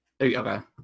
Okay